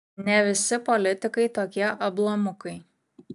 ne visi politikai tokie ablamukai